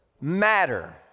matter